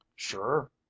sure